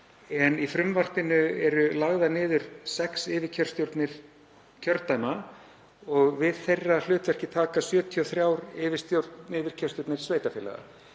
en í frumvarpinu eru lagðar niður sex yfirkjörstjórnir kjördæma og við hlutverki þeirra taka 73 yfirkjörstjórnir sveitarfélaga.